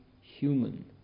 human